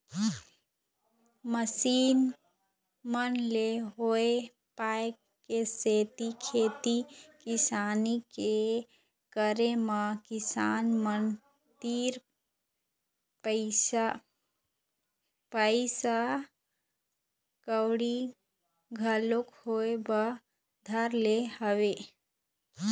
machine मन ले होय पाय के सेती खेती किसानी के करे म किसान मन तीर पइसा कउड़ी घलोक होय बर धर ले हवय